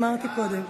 אמרתי קודם.